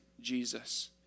Jesus